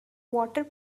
water